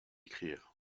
écrire